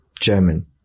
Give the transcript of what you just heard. German